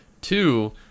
two